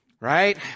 right